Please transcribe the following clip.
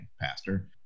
pastor